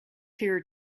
here